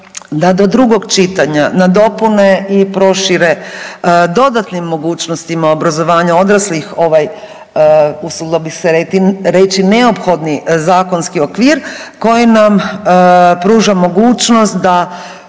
da do drugog čitanja nadopune i prošire dodatnim mogućnostima obrazovanja odraslih usudila bih se reći neophodni zakonski okvir koji nam pruža mogućnost da